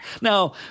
Now